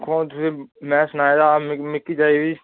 दिक्खो आं तुसें में सनाए दा हा मी मिकी चाहिदी